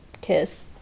kiss